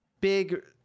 Big